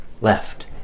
left